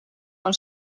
con